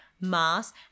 mass